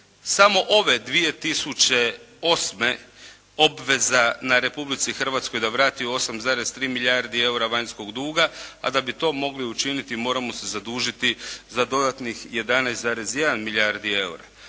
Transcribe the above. samo ove 2008. obveza na Republici Hrvatskoj da vrati 8,3 milijardi eura vanjskog duga, a da bi to mogli učiniti moramo se zadužiti za dodatnih 11,1 milijardi eura.